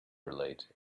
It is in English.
relate